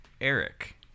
Eric